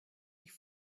ich